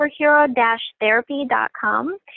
superhero-therapy.com